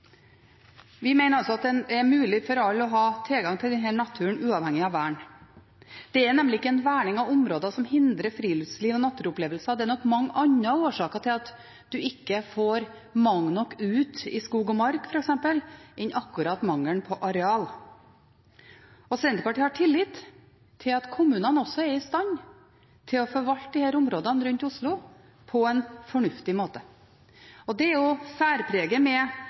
vi mener det er mulig for alle å ha tilgang til denne naturen, uavhengig av vern. Det er nemlig ikke en verning av områder som hindrer friluftsliv og naturopplevelser, det er nok mange andre årsaker til at en ikke får mange nok ut i skog og mark, f.eks., enn akkurat mangelen på areal. Senterpartiet har tillit til at kommunene også er i stand til å forvalte disse områdene rundt Oslo på en fornuftig måte. Særpreget med en utvidelse av markaloven er jo